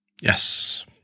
Yes